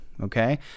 okay